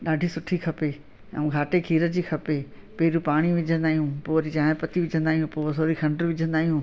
ॾाढी सुठी खपे ऐं घाटे खीर जी खपे पहिरीं पाणी विझंदा आहियूं पोइ वरी चांहि पत्ती विझंदा आहियूं पोइ वरी खंड विझंदा आहियूं